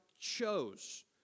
chose